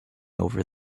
over